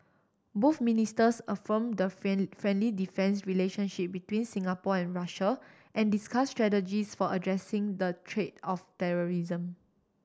both ministers affirmed the friendly defence relationship between Singapore and Russia and discuss strategies for addressing the of terrorism